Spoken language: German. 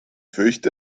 fürchte